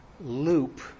loop